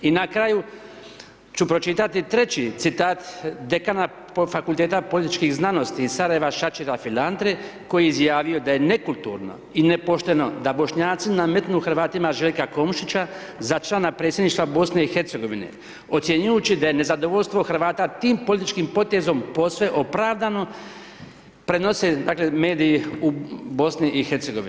I na kraju ću pročitati treći citat dekana Fakulteta političkih znanosti iz Sarajeva ... koji je izjavio da je nekulturno i nepošteno da Bošnjaci nametnu Hrvatima Željka Komšića za člana predsjedništva BiH ocjenjujući da je nezadovoljstvo Hrvata tim političkim potezom posve opravdano, prenose dakle mediji u BiH.